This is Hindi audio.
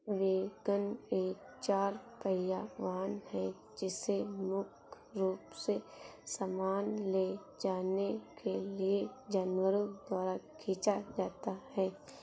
वैगन एक चार पहिया वाहन है जिसे मुख्य रूप से सामान ले जाने के लिए जानवरों द्वारा खींचा जाता है